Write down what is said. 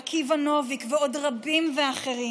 עקיבא נוביק ועוד רבים אחרים.